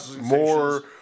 more